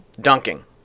dunking